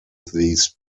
these